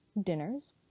dinners